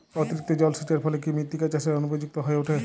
অতিরিক্ত জলসেচের ফলে কি মৃত্তিকা চাষের অনুপযুক্ত হয়ে ওঠে?